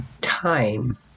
time